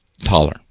Taller